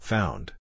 Found